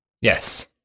Yes